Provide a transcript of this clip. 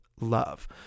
Love